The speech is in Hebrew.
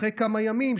אחרי כמה ימים,